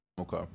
Okay